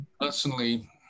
personally